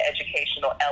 educational